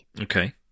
okay